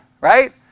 right